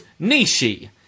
nishi